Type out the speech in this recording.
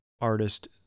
artist